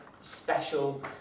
special